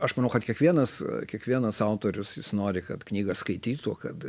aš manau kad kiekvienas kiekvienas autorius jis nori kad knygą skaitytų kad